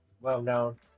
well-known